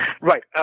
Right